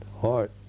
heart